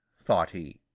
thought he.